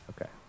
okay